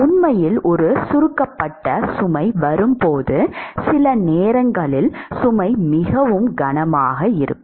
உண்மையில் ஒரு சுருக்கப்பட்ட சுமை வரும்போது சில நேரங்களில் சுமை மிகவும் கனமாக இருக்கும்